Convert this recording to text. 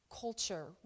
culture